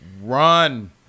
run